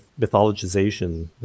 mythologization